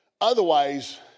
Otherwise